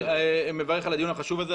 אני מברך על הדיון החשוב הזה.